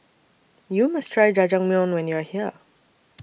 YOU must Try Jajangmyeon when YOU Are here